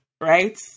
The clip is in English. right